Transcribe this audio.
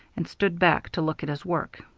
and stood back to look at his work.